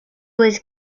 was